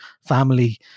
family